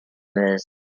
meuse